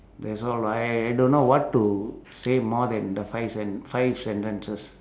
that's all I I I don't know what to say more than the five sen~ five sentences